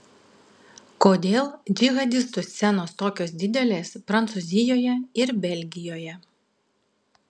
kodėl džihadistų scenos tokios didelės prancūzijoje ir belgijoje